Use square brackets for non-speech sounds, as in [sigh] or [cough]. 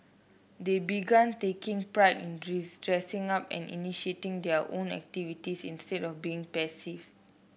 they began taking pride in [unintelligible] dressing up and initiating their own activities instead of being passive